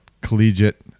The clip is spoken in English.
collegiate